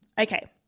Okay